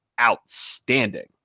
outstanding